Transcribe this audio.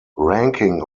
ranking